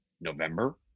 November